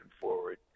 forward